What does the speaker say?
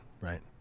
right